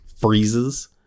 freezes